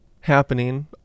happening